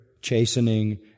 chastening